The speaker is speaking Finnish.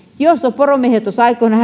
jos poromiehet olisivat halunneet aikoinaan